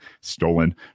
stolen